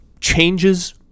changes